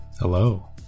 hello